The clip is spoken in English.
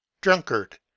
Drunkard